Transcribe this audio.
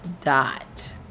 Dot